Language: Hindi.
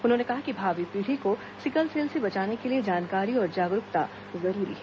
उन्होंने कहा कि भावी पीढ़ी को सिकल सेल से बचाने के लिए जानकारी और जागरूकता जरूरी है